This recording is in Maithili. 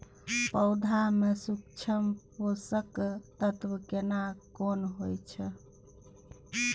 पौधा में सूक्ष्म पोषक तत्व केना कोन होय छै?